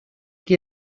qui